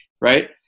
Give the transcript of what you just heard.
right